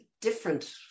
different